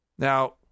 Now